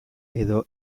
edo